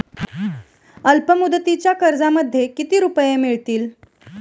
अल्पमुदतीच्या कर्जामध्ये किती रुपये मिळतील?